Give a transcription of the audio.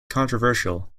controversial